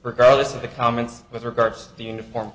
regardless of the comments with regards to the uniform